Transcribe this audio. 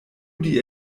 die